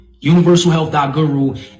UniversalHealth.Guru